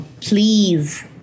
please